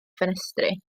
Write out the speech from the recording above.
ffenestri